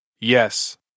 Yes